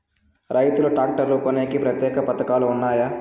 రైతులు ట్రాక్టర్లు కొనేకి ప్రత్యేక పథకాలు ఉన్నాయా?